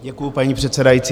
Děkuji, paní předsedající.